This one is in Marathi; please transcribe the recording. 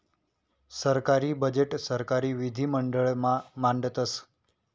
सरकारी बजेट सरकारी विधिमंडळ मा मांडतस